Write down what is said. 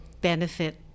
benefit